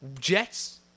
Jets